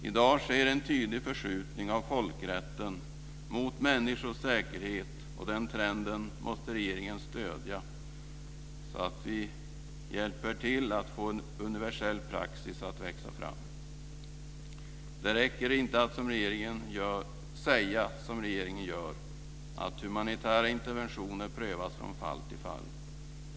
I dag sker en tydlig förskjutning av folkrätten mot människors säkerhet, och den trenden måste regeringen stödja så att vi hjälper till att få en universell praxis att växa fram. Det räcker inte att säga som regeringen gör att humanitära interventioner prövas från fall till fall.